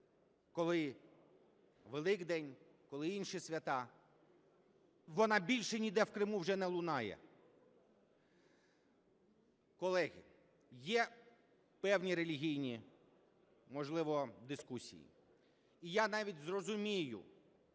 коли Великдень, коли інші свята. Вона більше ніде в Криму вже не лунає. Колеги, є певні релігійні, можливо, дискусії. І я навіть зрозумію